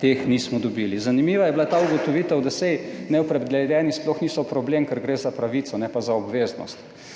teh nismo dobili. Zanimiva je bila ta ugotovitev, da saj neopredeljeni sploh niso problem, ker gre za pravico, ne pa za obveznost.